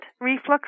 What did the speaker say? reflux